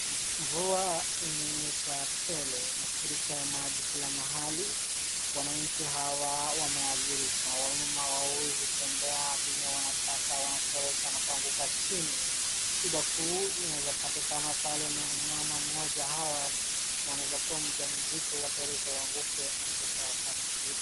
Mvua imenyesha tele, mafuriko ya maji kila mahali . Wananchi hawa wamehadhirika wamama hawa hawawezi tembea venye wanataka wanateleza na kuanguka chini. Shida kuu inaweza patikani pale ni mama mmoja hawa wanaweza kuwa mjamzito ateleze anguke na mtoto apate shida.